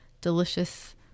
delicious